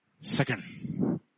Second